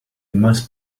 must